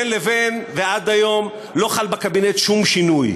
בין לבין ועד היום לא חל בקבינט שום שינוי.